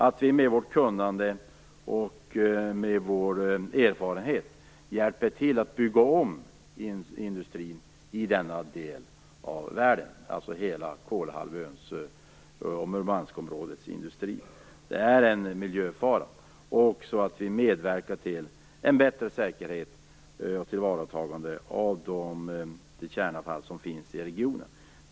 Vi skall med vårt kunnande och med vår erfarenhet hjälpa till att bygga om industrin i denna del av världen, dvs. Kolahalvöns och Murmanskområdets industrier - som är en miljöfara - så att vi medverkar till en bättre säkerhet och ett tillvaratagande av det kärnavfall som finns i regionen.